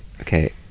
Okay